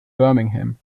birmingham